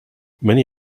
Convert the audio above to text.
many